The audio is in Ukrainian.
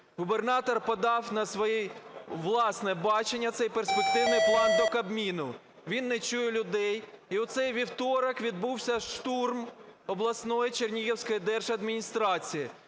Губернатор подав на своє власне бачення цей перспективний план до Кабміну. Він не чує людей. І у цей вівторок відбувся штурм обласної Чернігівської держадміністрації.